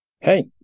Hey